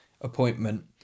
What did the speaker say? appointment